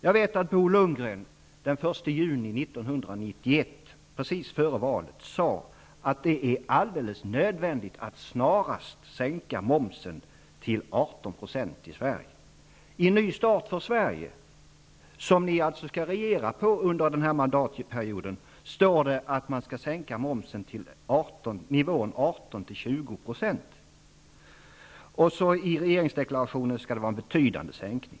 Jag vet att Bo Lundgren den första juni 1991, precis före valet, sade att det är alldeles nödvändigt att snarast sänka momsen i Sverige till 18 %. I Ny start för Sverige, som ni alltså skall regera på under den här mandatperioden, står att momsen skall sänkas till nivån 18--20 %, och i regeringsdeklarationen talas det om en betydande sänkning.